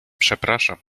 przepraszam